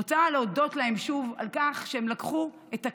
אני רוצה להודות להם שוב על כך שהם לקחו את הכאב,